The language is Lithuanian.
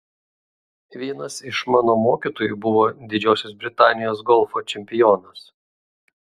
vienas iš mano mokytojų buvo didžiosios britanijos golfo čempionas